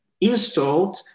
installed